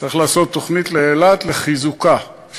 צריך לעשות תוכנית לחיזוקה של אילת.